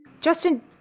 Justin